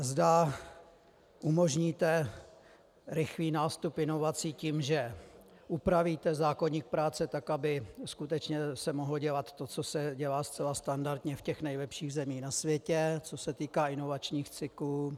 Zda umožníte rychlý nástup inovací tím, že upravíte zákoník práce tak, aby skutečně se mohlo dělat to, co se dělá zcela standardně v těch nejlepších zemích na světě, co se týká inovačních cyklů.